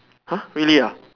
!huh! really ah